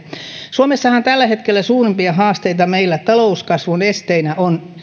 suomessahan meillä tällä hetkellä suurimpia haasteita talouskasvun esteenä on